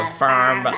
firm